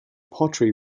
pottery